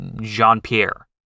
Jean-Pierre